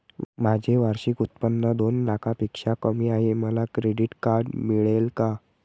माझे वार्षिक उत्त्पन्न दोन लाखांपेक्षा कमी आहे, मला क्रेडिट कार्ड मिळेल का?